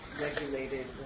regulated